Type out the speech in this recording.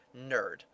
nerd